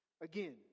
again